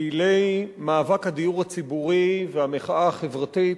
פעילי מאבק הדיור הציבורי והמחאה החברתית